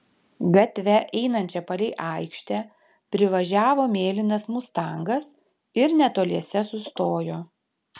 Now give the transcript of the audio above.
gatve einančia palei aikštę privažiavo mėlynas mustangas ir netoliese sustojo